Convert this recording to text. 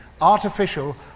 artificial